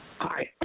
Hi